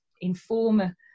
inform